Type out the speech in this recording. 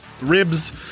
ribs